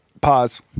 Pause